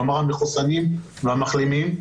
כלומר המחוסנים והמחלימים.